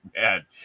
Man